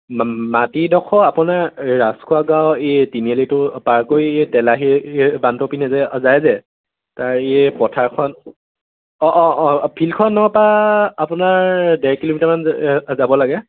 মাটিডোখৰ আপোনাৰ ৰাজখোৱা গাঁৱৰ এই তিনিআলিটো পাৰ কৰি এই তেলাহী বান্তৌ পিনে যে যায় যে তাৰ এই পথাৰখন অঁ অঁ অঁ ফিল্ডখনৰপৰা আপোনাৰ ডেৰ কিলোমিটাৰমান যাব লাগে